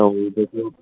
ऐं जेको